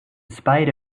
spite